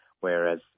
whereas